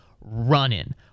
running